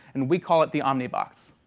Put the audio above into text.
and we call it the omnibox.